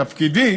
תפקידי